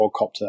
quadcopter